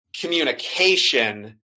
communication